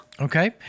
Okay